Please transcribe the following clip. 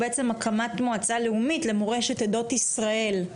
הוא בעצם הקמת מועצה לאומית למורשת עדות ישראל,